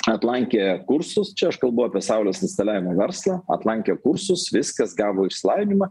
atlankė kursus čia aš kalbu apie saulės instaliavimo verslą atlankė kursus viskas gavo išsilavinimą